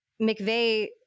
McVeigh